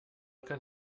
kann